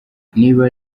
niba